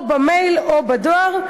או במייל או בדואר.